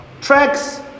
tracks